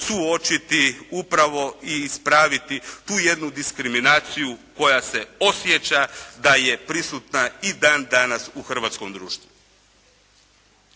suočiti upravo i ispraviti tu jednu diskriminaciju koja se osjeća da je prisutna i dan-danas u hrvatskom društvu.